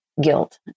guilt